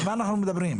על מה אנחנו מדברים?